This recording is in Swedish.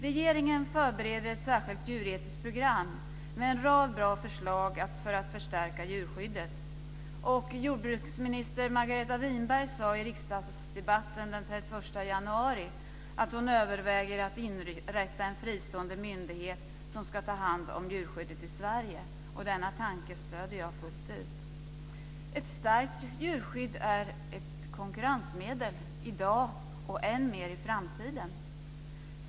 Regeringen förbereder ett särskilt djuretiskt program med en rad bra förslag för att förstärka djurskyddet. Jordbruksminister Margareta Winberg sade i riksdagsdebatten den 31 januari att hon överväger att inrätta en fristående myndighet som ska ta hand om djurskyddet i Sverige. Denna tanke stöder jag fullt ut. Ett starkt djurskydd är ett konkurrensmedel i dag och än mer i framtiden.